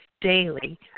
daily